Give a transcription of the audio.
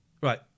Right